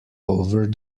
over